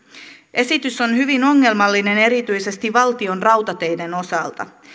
esitys on hyvin ongelmallinen erityisesti valtionrautateiden osalta